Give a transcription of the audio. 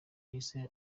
yahise